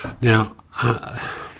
Now